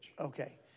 Okay